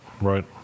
right